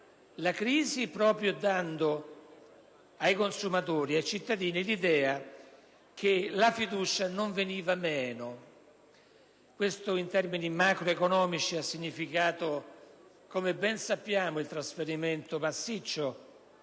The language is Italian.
la crisi proprio dando ai consumatori e ai cittadini l'idea che la fiducia non veniva meno. Questo in termini macroeconomici ha significato - come ben sappiamo - il trasferimento massiccio